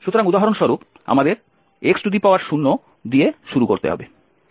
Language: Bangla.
সুতরাং উদাহরণস্বরূপ আমাদের x0দিয়ে শুরু করতে হবে